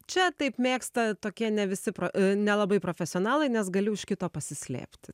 čia taip mėgsta tokia ne visi pro nelabai profesionalai nes gali už kito pasislėpti